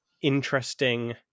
interesting